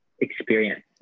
experience